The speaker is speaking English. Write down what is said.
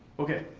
okay.